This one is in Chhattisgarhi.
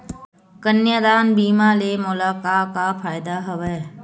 कन्यादान बीमा ले मोला का का फ़ायदा हवय?